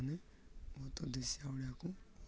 ମାନେ ମୋତେ ଦେଶିଆ ଓଡ଼ିଆକୁ